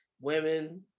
women